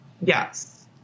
Yes